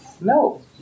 No